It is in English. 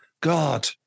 God